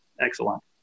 excellent